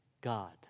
God